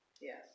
Yes